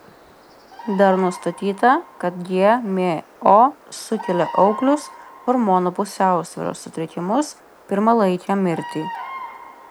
dar nustatyta kad gmo sukelia auglius hormonų pusiausvyros sutrikimus pirmalaikę mirtį